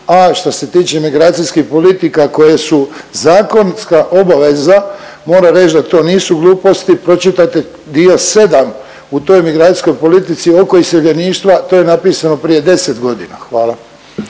a šta se tiče migracijskih politika koje su zakonska obaveza moram reći da to nisu gluposti, pročitajte dio 7 u toj migracijskoj politici oko iseljeništva. To je napisano prije 10 godina. Hvala.